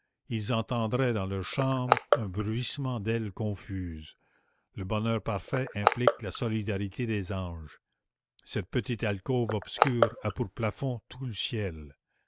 ils entendraient dans leur chambre un bruissement d'ailes confuses le bonheur parfait implique la solidarité des anges cette petite alcôve obscure a pour plafond tout le ciel